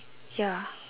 ya